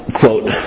quote